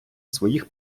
своїх